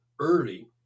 early